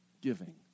giving